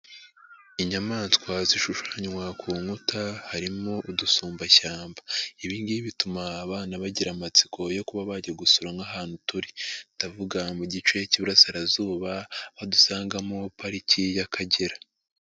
Inyamaswa zishushanywa ku nkuta harimo udusumbashyamba. Ibi ngibi bituma abana bagira amatsiko yo kuba bajya gusura nk'ahantu turi. Ndavuga mu gice cy'iburasirazuba badusangamo pariki y'Akagera.